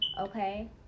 okay